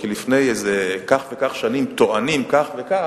כי לפני כך וכך שנים טוענים כך וכך,